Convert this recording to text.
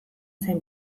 zen